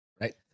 Right